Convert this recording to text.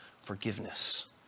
forgiveness